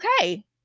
okay